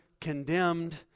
condemned